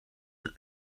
that